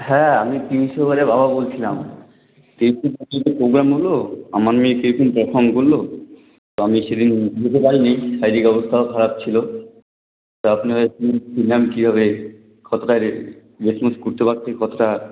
হ্যাঁ আমি পিউ সরকারের বাবা বলছিলাম প্রোগ্রাম হলো আমার মেয়ে কিরকম পারফর্ম করলো তা আমি সেদিন যেতে পারিনি চারিদিক অবস্থাও খারাপ ছিল তা আপনাদের কী কী হবে কতটা রেসপন্স করতে পারছে কতটা